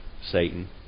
Satan